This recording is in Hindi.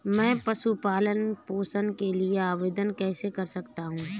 मैं पशु पालन पोषण के लिए आवेदन कैसे कर सकता हूँ?